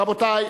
רבותי,